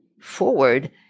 forward